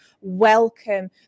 welcome